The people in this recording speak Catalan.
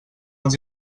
els